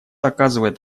оказывает